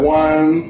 one